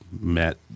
met